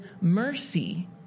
mercy